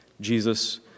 Jesus